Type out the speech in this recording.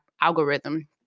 algorithm